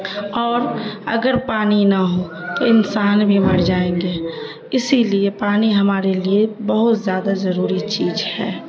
اور اگر پانی نہ ہو تو انسان بھی مر جائیں گے اسی لیے پانی ہمارے لیے بہت زیادہ ضروری چیز ہے